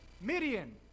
Midian